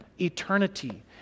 eternity